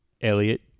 Elliot